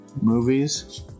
movies